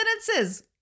sentences